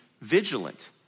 vigilant